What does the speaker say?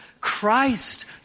Christ